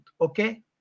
okay